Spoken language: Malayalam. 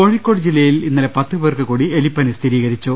കോഴിക്കോട് ജില്ലയിൽ ഇന്നലെ പത്ത്പേർക്ക് കൂടി എലിപ്പനി സ്ഥിരീകരിച്ചു